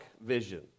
vision